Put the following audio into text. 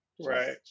Right